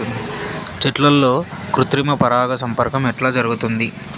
చెట్లల్లో కృత్రిమ పరాగ సంపర్కం ఎట్లా జరుగుతుంది?